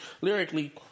lyrically